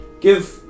Give